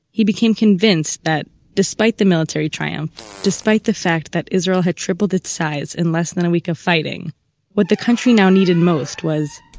he became convinced that despite the military triumph, despite the fact that israel had tripled its size in less than a week of fighting what the country now needed most was,